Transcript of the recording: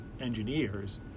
engineers